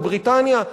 או בריטניה,